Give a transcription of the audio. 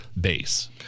base